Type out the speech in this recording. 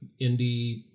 indie